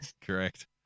Correct